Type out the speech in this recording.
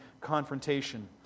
confrontation